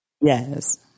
yes